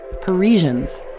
Parisians